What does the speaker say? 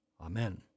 Amen